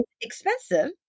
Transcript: expensive